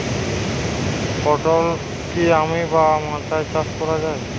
পটল কি মাটি বা মাচায় চাষ করা ভালো?